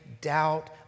doubt